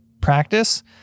practice